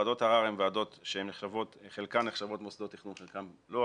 ועדות הערר הן ועדות שחלקן נחשבות מוסדות תכנון וחלקן לא,